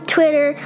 Twitter